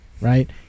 right